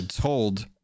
told